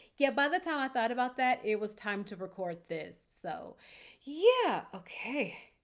yeah. by the time i thought about that, it was time to record this, so yeah. okay.